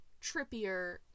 trippier